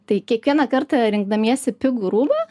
tai kiekvieną kartą rinkdamiesi pigų rūbą